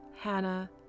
Hannah